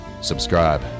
subscribe